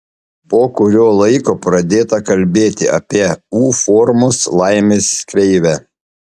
po kurio laiko pradėta kalbėti apie u formos laimės kreivę